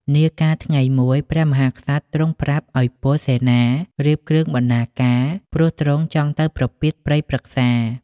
នាកាលថ្ងៃមួយ ព្រះមហាក្សត្រទ្រង់ប្រាប់ឱ្យពលសេនារៀបគ្រឿងបណ្ណាការ ព្រោះទ្រង់ចង់ទៅប្រពាតព្រៃព្រឹក្សា។